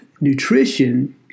nutrition